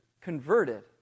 converted